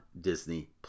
Disney+